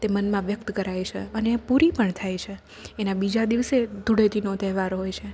તે મનમાં વ્યક્ત કરાય છે અને પૂરી પણ થાય છે એના બીજા દિવસે ધૂળેટીનો તહેવાર હોય છે